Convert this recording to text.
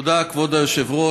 תודה, כבוד היושב-ראש.